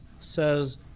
says